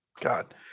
god